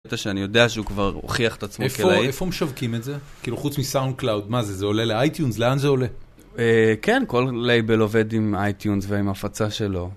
זה שאני יודע שהוא כבר הוכיח את עצמו כלהיט. איפה, איפה משווקים את זה? כאילו חוץ מסאונד קלאוד, מה זה, זה עולה לאייטיונס, לאן זה עולה? אה.. כן, כל לייבל עובד עם אייטיונס ועם הפצה שלו.